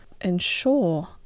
ensure